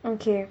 okay